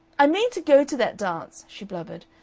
i mean to go to that dance! she blubbered.